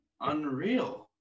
unreal